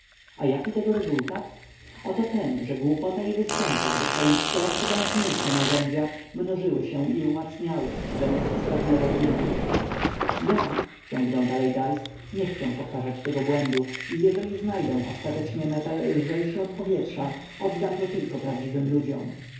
a jaki tego rezultat oto ten że głupota i występek dostając coraz potężniejsze narzędzia mnożyły się i umacniały zamiast stopniowo ginąć ja ciągnął dalej geist nie chcę powtarzać tego błędu i jeżeli znajdę ostatecznie metal lżejszy od powietrza oddam go tylko prawdziwym ludziom